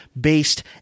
based